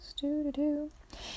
Do-do-do